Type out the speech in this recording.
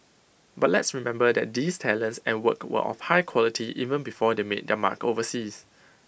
but let's remember that these talents and work were of high quality even before they made their mark overseas